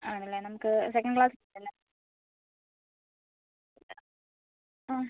ആണല്ലേ നമുക്ക് second class അല്ലേ ആ